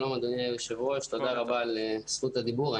שלום אדוני היושב-ראש ותודה רבה על זכות הדיבור.